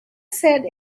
said